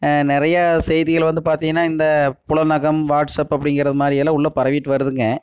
நிறைய செய்திகள் வந்து பார்த்தீங்கன்னா இந்த புலனகம் வாட்ஸ்அப் அப்படிங்கிறது மாதிரி எல்லாம் உள்ள பரவிட்டு வருதுங்க